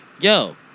yo